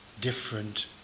different